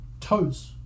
toes